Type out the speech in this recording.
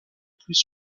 plus